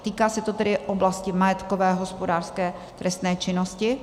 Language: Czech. Týká se to tedy oblasti majetkové hospodářské trestné činnosti.